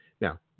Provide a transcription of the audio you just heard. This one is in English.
Now